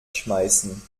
schmeißen